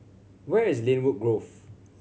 where is Lynwood Grove